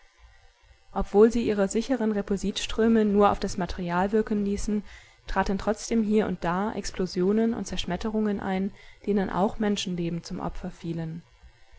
obwohl sie ihre sicheren repulsitströme nur auf das material wirken ließen traten trotzdem hier und da explosionen und zerschmetterungen ein denen auch menschenleben zum opfer fielen